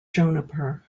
juniper